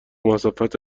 مسافت